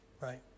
Right